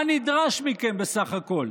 מה נדרש מכם בסך הכול?